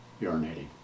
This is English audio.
urinating